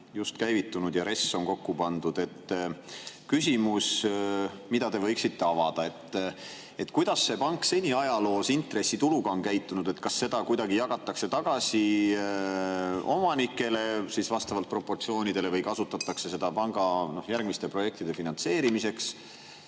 just käivitunud ja RES on kokku pandud. Küsimus, mida te võiksite avada: kuidas see pank seni ajaloos intressituluga on käitunud? Kas seda kuidagi jagatakse tagasi omanikele vastavalt proportsioonidele või kasutatakse seda panga järgmiste projektide finantseerimiseks?